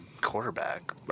quarterback